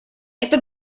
это